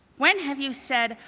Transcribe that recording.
when have you said,